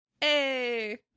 Hey